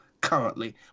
currently